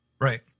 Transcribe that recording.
Right